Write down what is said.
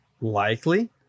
likely